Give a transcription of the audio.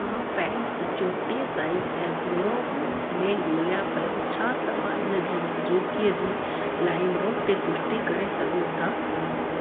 मां पैंट्स चोटीह साईज़ ऐं भूरो में ॻोल्हियां पयो छा तव्हां जी मौजूदगी जी लाइमरोड ते पुष्टि करे सघो था